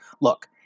Look